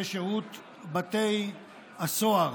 בשירות בתי הסוהר.